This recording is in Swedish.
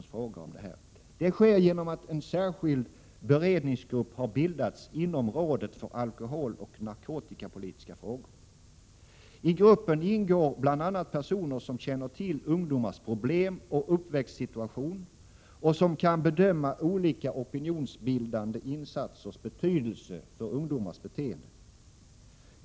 Jag tror att det kan vara ett svar på Marianne Anderssons fråga. I alkoholpolitiska beslut skall priserna på alkoholdrycker vara höga och följa den allmänna prisutvecklingen. Regeringen föreslår nu att skatterna på gruppen ingår bl.a. personer som känner till ungdomars problem och uppväxtsituation och som kan bedöma olika opinionsbildande insatsers betydelse för ungdomars beteende.